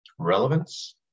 relevance